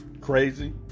Crazy